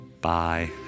Bye